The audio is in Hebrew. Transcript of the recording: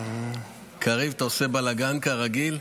קריב, אתה עושה בלגן כרגיל?